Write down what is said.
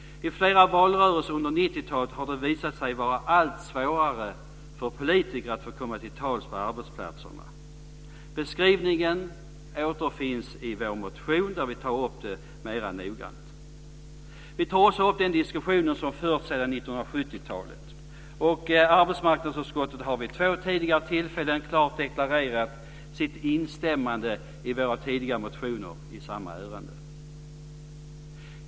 I flera valrörelser under 90-talet har det visat sig vara allt svårare för politiker att få komma till tals på arbetsplatserna. Beskrivningen återfinns i vår motion där vi tar upp det mer noggrant. Vi tar också upp den diskussion som förts sedan 1970-talet. Arbetsmarknadsutskottet har vid två tidigare tillfällen klart deklarerat sitt instämmande i våra tidigare motioner i samma ärende.